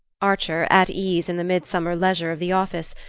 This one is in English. archer, at ease in the midsummer leisure of the office,